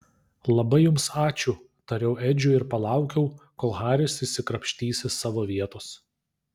labai jums ačiū tariau edžiui ir palaukiau kol haris išsikrapštys iš savo vietos